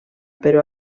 però